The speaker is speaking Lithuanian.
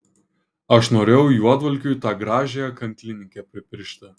aš norėjau juodvalkiui tą gražiąją kanklininkę pripiršti